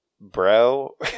bro